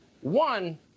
One